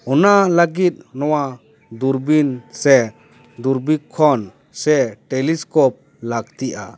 ᱚᱱᱟ ᱞᱟᱹᱜᱤᱫ ᱱᱚᱣᱟ ᱫᱩᱨᱵᱤᱱ ᱥᱮ ᱫᱩᱨᱵᱤᱠᱠᱷᱚᱱ ᱥᱮ ᱴᱮᱞᱤᱥᱠᱳᱯ ᱞᱟᱹᱠᱛᱤᱜᱼᱟ